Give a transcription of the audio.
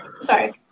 sorry